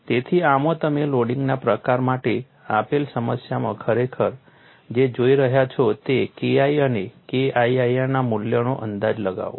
તેથી આમાં તમે લોડિંગના પ્રકાર માટે આપેલ સમસ્યામાં ખરેખર જે જોઈ રહ્યા છો તે KI અને KII ના મૂલ્યનો અંદાજ લગાવો